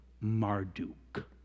Marduk